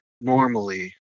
normally